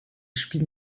spiel